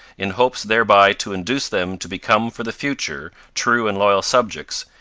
in hopes thereby to induce them to become for the future true and loyal subjects,